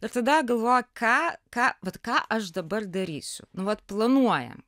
ir tada galvot ką ką vat ką aš dabar darysiu nu vat planuoja